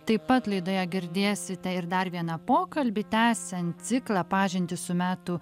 taip pat laidoje girdėsite ir dar vieną pokalbį tęsiant ciklą pažintį su metų